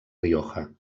rioja